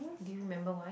do you remember why